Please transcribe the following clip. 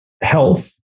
Health